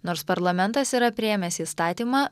nors parlamentas yra priėmęs įstatymą